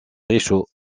réchaud